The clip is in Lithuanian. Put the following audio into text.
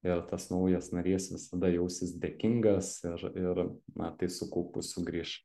ir tas naujas narys visada jausis dėkingas ir ir na tai su kaupu sugrįš